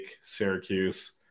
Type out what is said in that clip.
Syracuse